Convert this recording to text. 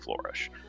flourish